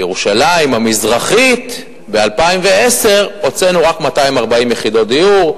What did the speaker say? בירושלים המזרחית ב-2010 הוצאנו רק 240 יחידות דיור.